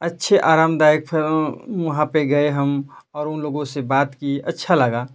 अच्छे आरामदायक फ वहाँ पर गए हम और उन लोगों से बात की अच्छा लगा